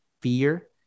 fear